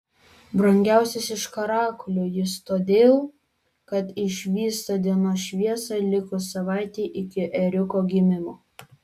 brangiausias iš karakulių jis todėl kad išvysta dienos šviesą likus savaitei iki ėriuko gimimo